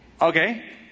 Okay